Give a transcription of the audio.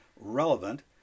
relevant